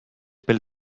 pill